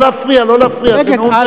לא להפריע, לא להפריע.